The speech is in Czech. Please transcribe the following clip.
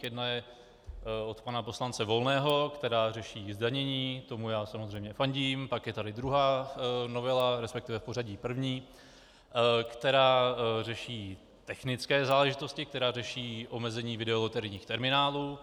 Jedna je od pana poslance Volného, která řeší zdanění, tomu já samozřejmě fandím, pak je tady druhá novela, resp. v pořadí první, která řeší technické záležitosti, která řeší omezení videoloterijních terminálů.